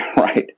right